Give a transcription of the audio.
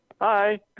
Hi